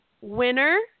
winner